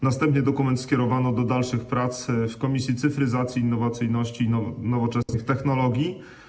Następnie dokument skierowano do dalszych prac w Komisji Cyfryzacji, Innowacyjności i Nowoczesnych Technologii.